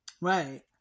Right